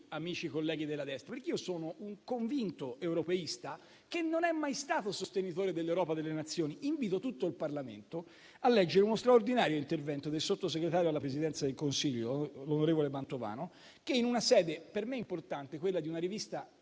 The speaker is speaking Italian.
amici e colleghi della destra, perché sono un convinto europeista, che non è mai stato un sostenitore dell'Europa delle Nazioni. Invito tutto il Parlamento a leggere uno straordinario intervento del sottosegretario alla Presidenza del Consiglio, onorevole Mantovano, che in una sede per me importante, quella di una rivista